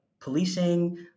policing